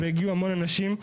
והגיעו המון אנשים.